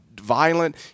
violent